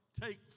take